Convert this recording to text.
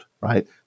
right